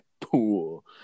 pool